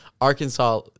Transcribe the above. Arkansas